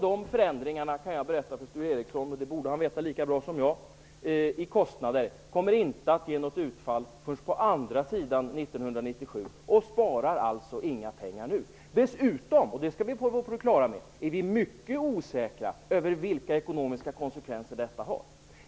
De förändringarna kan jag berätta för Sture Ericson -- det borde han veta lika bra som jag -- kommer i kostnader inte att ge något utfall förrän på andra sidan 1997 och sparar alltså inga pengar nu. Dessutom, och det skall vi vara på det klara med, är vi mycket osäkra på vilka ekonomiska konsekvenser detta har.